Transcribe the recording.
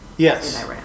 yes